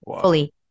fully